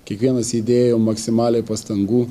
kiekvienas įdėjo maksimaliai pastangų